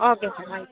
okay sir ಆಯ್ತು